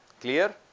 Clear